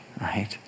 right